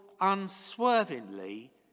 unswervingly